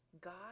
god